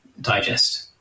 Digest